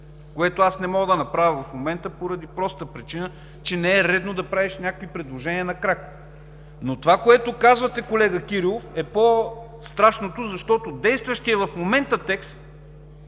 момента аз не мога да направя поради простата причина, че не е редно да правиш предложения на крак. Това, което казвате, колега Кирилов, е по-страшно, защото действащият в момента текст